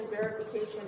verification